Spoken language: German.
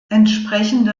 entsprechende